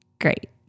great